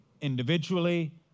individually